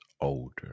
older